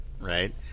right